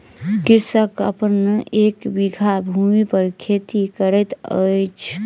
कृषक अपन एक बीघा भूमि पर खेती करैत अछि